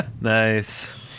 nice